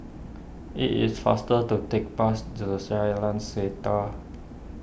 it is faster to take bus to Setia